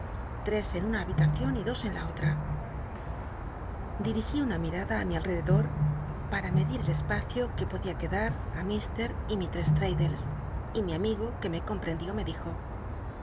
en una babitacion y dos en la otra dirigí una mirada á mi alrededor para medir el espacio que podía quedar i y mistcss l radd les y mi amigo que me comprendió me dij